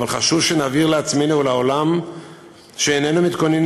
אבל חשוב שנבהיר לעצמנו ולעולם שאיננו מתכוננים